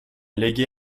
légué